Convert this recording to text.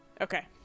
Okay